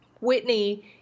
whitney